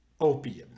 opium